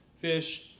fish